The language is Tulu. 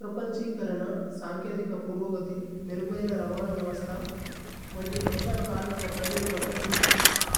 പ്രപന്ഛി കരന, സന്കേഥിക പുരോഗതി, മിരുഗയന രവന വിവസ്ഥ, വന്തി അമ്ശലു കരനന്ഗ പ്രജലു ഗതമ് ലു,